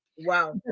Wow